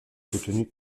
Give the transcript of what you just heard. soutenue